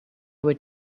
would